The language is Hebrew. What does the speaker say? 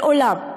מעולם.